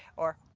or